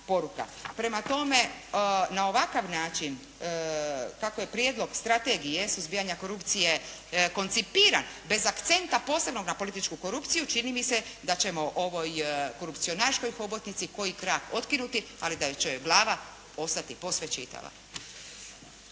Prema tome na ovakav način kako je Prijedlog strategije suzbijanja korupcije koncipiran bez akcenta posebnog na političku korupciju, čini mi se da ćemo ovoj korupcionaškoj hobotnici koji krak otkinuti, ali da će joj glava ostati posve čitava.